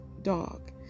dog